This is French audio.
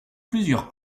plusieurs